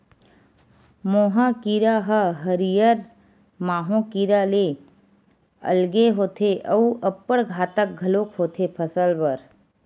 मोहा कीरा ह हरियर माहो कीरा ले अलगे होथे अउ अब्बड़ घातक घलोक होथे फसल बर